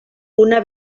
una